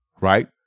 right